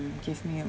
give me a